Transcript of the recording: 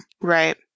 Right